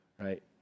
right